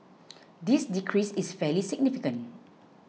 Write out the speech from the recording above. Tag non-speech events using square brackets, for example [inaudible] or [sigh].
[noise] this decrease is fairly significant